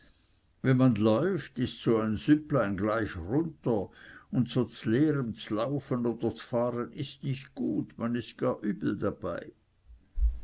wenn man läuft so ist so ein süpplein gleich runter und so z'leerem z'laufen oder z'fahren ist nicht gut man ist gar übel dabei